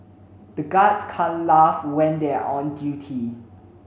the guards can't laugh when they are on duty